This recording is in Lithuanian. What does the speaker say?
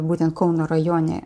būtent kauno rajone